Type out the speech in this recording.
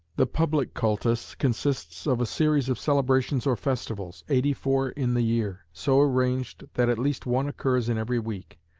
the public cultus consists of a series of celebrations or festivals, eighty-four in the year, so arranged that at least one occurs in every week.